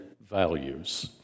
values